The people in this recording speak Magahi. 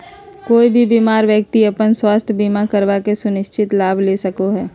कोय भी बीमार व्यक्ति अपन स्वास्थ्य बीमा करवा के सुनिश्चित लाभ ले सको हय